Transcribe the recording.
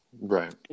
Right